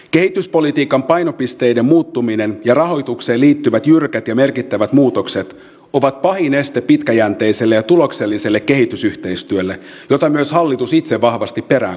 kehityspolitiikan painopisteiden muuttuminen ja rahoitukseen liittyvät jyrkät ja merkittävät muutokset ovat pahin este pitkäjänteiselle ja tulokselliselle kehitysyhteistyölle jota myös hallitus itse vahvasti peräänkuuluttaa